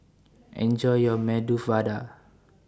Enjoy your Medu Vada